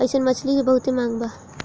अइसन मछली के बहुते मांग बा